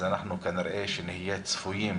אז כנראה שנהיה צפויים